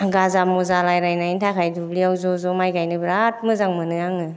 गाजा मुजा रायज्लानायनि थाखाय दुब्लियाव ज' ज' माइ गायनो बिराट मोजां मोनो आङो